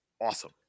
awesome